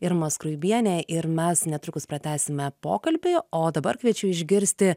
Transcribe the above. irma skruibienė ir mes netrukus pratęsime pokalbį o dabar kviečiu išgirsti